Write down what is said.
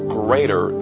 greater